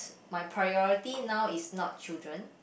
my priority now is not children